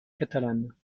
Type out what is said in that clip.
catalane